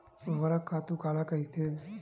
ऊर्वरक खातु काला कहिथे?